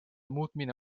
muutmine